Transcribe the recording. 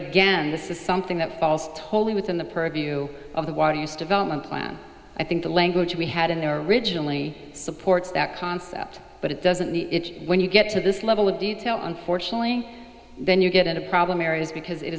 again this is something that falls wholly within the purview of the water use development plan i think the language we had in there originally supports that concept but it doesn't mean when you get to this level of detail unfortunately then you get into problem areas because it